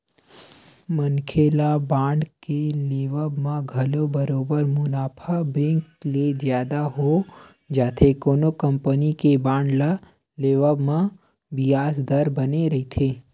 मनखे ल बांड के लेवब म घलो बरोबर मुनाफा बेंक ले जादा हो जाथे कोनो कंपनी के बांड ल लेवब म बियाज दर बने रहिथे